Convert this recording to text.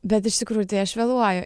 bet iš tikrųjų tai aš vėluoju